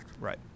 Right